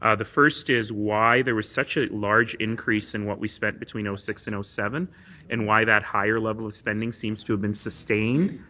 ah the first is why there was such a large increase in what we spent between six and seven and why that higher level of spending seems to have been sustained.